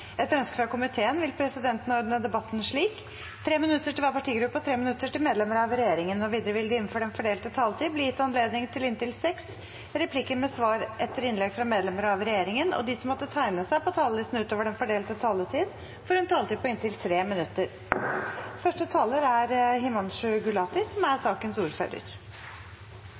vil presidenten ordne debatten slik: 3 minutter til hver partigruppe og 3 minutter til medlemmer av regjeringen. Videre vil det – innenfor den fordelte taletid – bli gitt anledning til inntil seks replikker med svar etter innlegg fra medlemmer av regjeringen, og de som måtte tegne seg på talerlisten utover den fordelte taletid, får også en taletid på inntil 3 minutter. Jeg vil begynne med å takke komiteen for samarbeidet. Det er